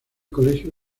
colegio